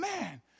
man